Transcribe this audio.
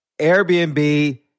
Airbnb